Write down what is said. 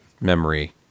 memory